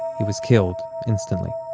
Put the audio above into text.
he was killed instantly